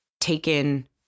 taken